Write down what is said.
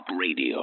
radio